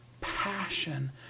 passion